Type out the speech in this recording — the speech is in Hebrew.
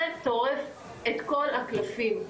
זה טורף את כל הקלפים,